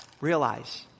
Realize